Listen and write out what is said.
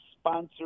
sponsor